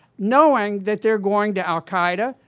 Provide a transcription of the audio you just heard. knowing that they're going to al-qaeda,